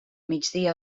migdia